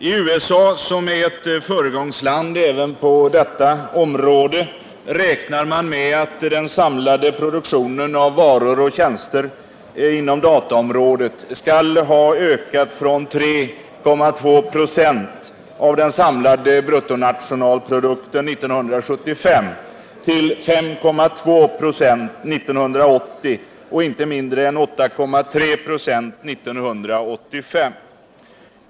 I USA, som är ett föregångsland även på detta område, räknar man med att den sammanlagda produktionen av varor och tjänster inom dataområdet skall ha ökat från 3,2 26 av den samlade bruttonationalprodukten 1975 till 5,2 26 1980 och inte mindre än 8,3 26 1985.